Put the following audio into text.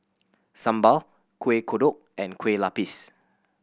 sambal Kuih Kodok and Kueh Lupis